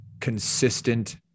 consistent